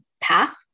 path